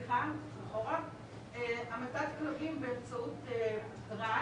המתת כלבים באמצעות רעל,